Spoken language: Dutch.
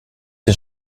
een